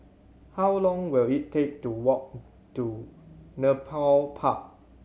how long will it take to walk to Nepal Park